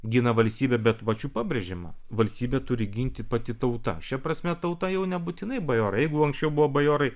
gina valstybę bet va čia pabrėžiama valstybę turi ginti pati tauta šia prasme tauta jau nebūtinai bajorai jeigu anksčiau buvo bajorai